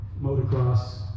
motocross